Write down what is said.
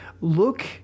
look